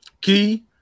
key